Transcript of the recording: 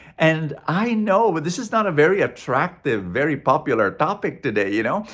and i know, but this is not a very attractive, very popular topic today, you know.